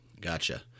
Gotcha